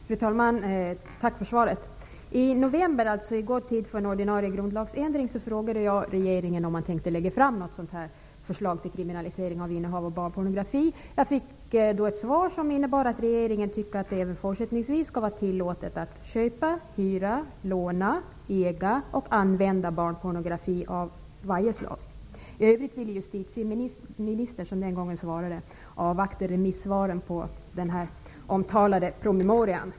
Fru talman! Tack för svaret. I november, i god tid före en ordinarie grundlagsändring, frågade jag regeringen om den avsåg att lägga fram förslag om kriminalisering av innehav av barnpornografi. Jag fick svaret att regeringen tycker att det även fortsättningsvis skall vara tillåtet att köpa, hyra, låna, äga och använda barnpornografi av varje slag. I övrigt ville justitieministern, som den gången svarade, avvakta remissvaren på den omtalade promemorian.